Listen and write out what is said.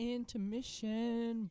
Intermission